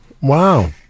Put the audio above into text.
Wow